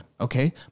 okay